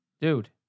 dude